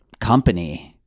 company